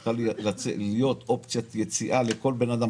צריכה להיות אופציית יציאה לכל אדם,